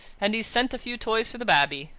and he's sent a few toys for the babby.